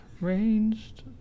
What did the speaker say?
Ranged